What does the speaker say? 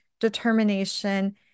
determination